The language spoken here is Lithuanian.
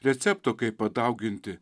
recepto kaip padauginti